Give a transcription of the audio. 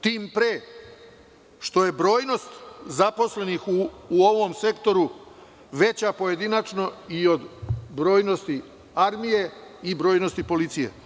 Tim pre što je brojnost u ovom sektoru veća pojedinačno i od brojnosti armije i od brojnosti policije.